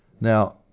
Now